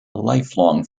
lifelong